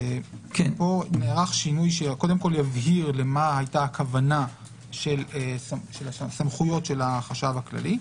פה נערך שינוי שיבהיר למה היתה הכוונה של הסמכויות של החשב הכללי.